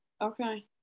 Okay